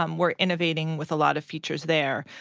um we're innovating with a lot of features there.